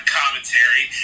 commentary